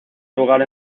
lugar